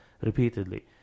repeatedly